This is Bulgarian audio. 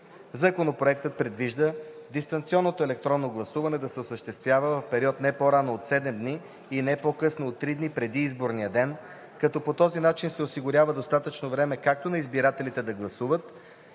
Законопроектът предвижда дистанционното електронно гласуване да се осъществява в период не по-рано от седем дни и не по-късно от три дни преди изборния ден, като по този начин се осигурява достатъчно време, както на избирателите да гласуват,